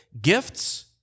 gifts